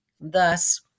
Thus